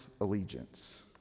allegiance